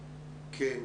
ככה: